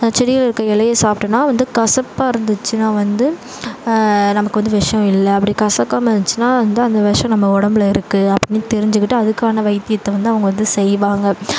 அந்த செடியில் இருக்கற இலைய சாப்பிட்டன்னா வந்து கசப்பாக இருந்துச்சின்னால் வந்து நமக்கு வந்து விஷம் இல்லை அப்படி கசக்காமல் இருந்துச்சின்னால் வந்து அந்த விஷம் நம்ம உடம்பில் இருக்குது அப்படினு தெரிஞ்சுக்கிட்டு அதுக்கான வைத்தியத்தை வந்து அவங்கள் வந்து செய்வாங்க